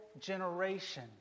generation